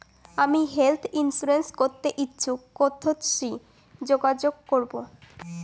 আমি health insurance করতে ইচ্ছুক কথসি যোগাযোগ করবো?